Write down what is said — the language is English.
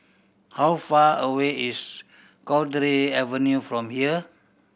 how far away is Cowdray Avenue from here